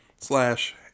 slash